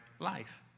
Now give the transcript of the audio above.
life